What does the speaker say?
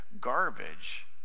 garbage